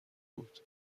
بود